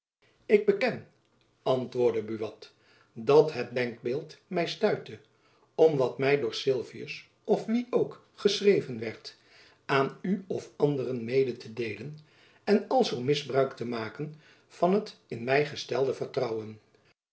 ik beken antwoordde buat dat het denkbeeld my stuitte om wat my door sylvius of wie ook geschreven werd aan u of anderen mede te deelen en alzoo misbruik te maken van het in my gestelde vertrouwen